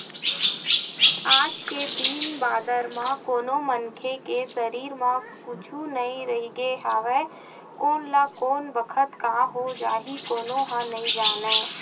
आज के दिन बादर म कोनो मनखे के सरीर म कुछु नइ रहिगे हवय कोन ल कोन बखत काय हो जाही कोनो ह नइ जानय